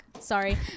sorry